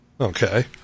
Okay